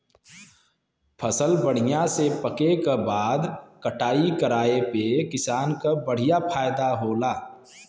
फसल बढ़िया से पके क बाद कटाई कराये पे किसान क बढ़िया फयदा होला